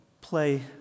play